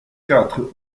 quatre